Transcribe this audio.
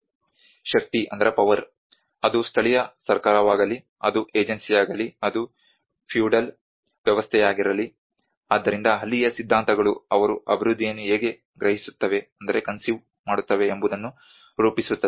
ಶಕ್ತಿ ಅದು ಸ್ಥಳೀಯ ಸರ್ಕಾರವಾಗಲಿ ಅದು ಏಜೆನ್ಸಿಯಾಗಲಿ ಅದು ಫ್ಯೂಡಲ್ ವ್ಯವಸ್ಥೆಯಾಗಲಿ ಆದ್ದರಿಂದ ಅಲ್ಲಿಯೇ ಸಿದ್ಧಾಂತಗಳು ಅವರು ಅಭಿವೃದ್ಧಿಯನ್ನು ಹೇಗೆ ಗ್ರಹಿಸುತ್ತವೆ ಎಂಬುದನ್ನು ರೂಪಿಸುತ್ತದೆ